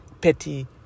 petty